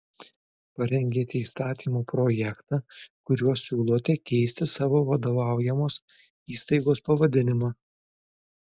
parengėte įstatymo projektą kuriuo siūlote keisti savo vadovaujamos įstaigos pavadinimą